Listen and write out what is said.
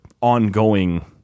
ongoing